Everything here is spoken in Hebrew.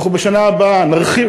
בשנה הבאה אנחנו נרחיב,